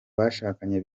bashakanye